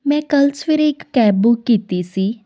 ਮੈਂ ਕੱਲ੍ਹ ਸਵੇਰੇ ਇੱਕ ਕੈਬ ਬੁੱਕ ਕੀਤੀ ਸੀ